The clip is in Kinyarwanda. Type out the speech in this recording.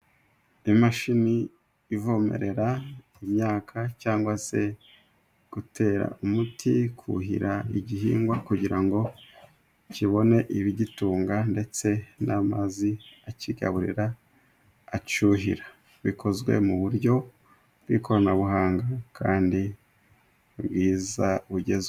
Imashini ivomerera imyaka cyangwa se gutera umuti, kuhira igihingwa kugira ngo kibone ibigitunga ndetse n'amazi akigaburira achira bikozwe mu buryo bw'ikoranabuhanga kandi bwiza bugezweho.